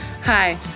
Hi